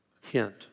hint